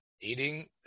Eating